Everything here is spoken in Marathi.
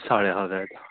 साड्या हव्यात